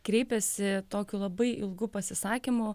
kreipėsi tokiu labai ilgu pasisakymu